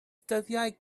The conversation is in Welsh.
dyddiau